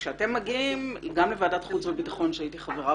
שכשאתם מגיעים לוועדת חוץ וביטחון שהייתי חברה